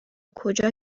کجا